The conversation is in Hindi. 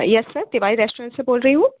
यस सर तिवारी रेस्टोरेन्ट से बोल रही हूँ